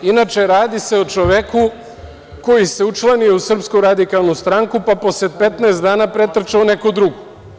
Inače, radi se o čoveku koji se učlanio u Srpsku radikalnu stranku, pa posle 15 dana pretrčao u neku drugu.